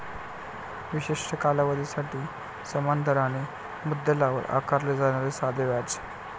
विशिष्ट कालावधीसाठी समान दराने मुद्दलावर आकारले जाणारे साधे व्याज